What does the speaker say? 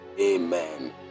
Amen